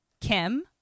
Kim